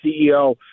CEO